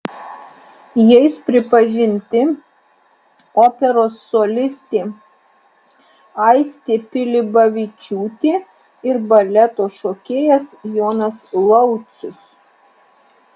jais pripažinti operos solistė aistė pilibavičiūtė ir baleto šokėjas jonas laucius